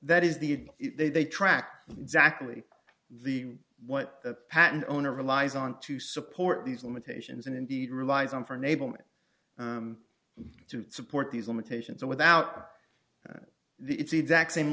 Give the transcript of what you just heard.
that is the they track of exactly the what the patent owner relies on to support these limitations and indeed relies on for unable to support these limitations without the it's exact same